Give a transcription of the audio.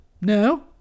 No